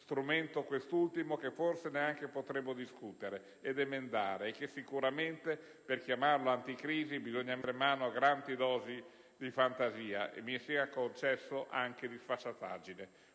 strumento quest'ultimo che forse neanche potremo discutere ed emendare e che sicuramente per chiamarlo "anticrisi" bisogna mettere mano a grandi dosi di fantasia e, mi sia concesso, di sfacciataggine.